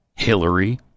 Hillary